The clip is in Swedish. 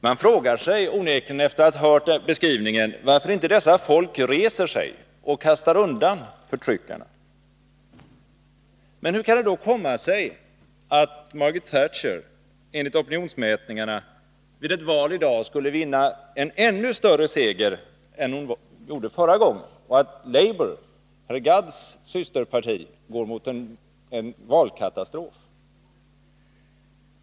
Man frågar sig onekligen, efter att ha hört den beskrivningen, varför inte deras folk reser sig och kastar undan förtryckarna. Hur kan det då komma sig att Margaret Thatcher enligt opinionsmätningarna vid ett val i dag skulle vinna en ännu större seger än hon gjorde förra gången och att labour — herr Gadds systerparti — går mot en valkatastrof?